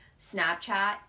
Snapchat